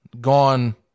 gone